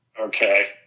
okay